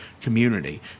community